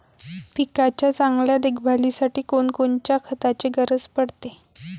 पिकाच्या चांगल्या देखभालीसाठी कोनकोनच्या खताची गरज पडते?